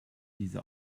diese